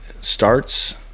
starts –